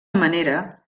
manera